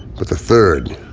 but the third,